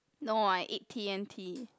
no I eat T M T